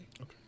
Okay